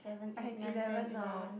I have eleven now